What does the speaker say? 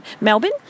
Melbourne